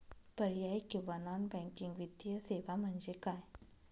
पर्यायी किंवा non banking वित्तीय सेवा म्हणजे काय?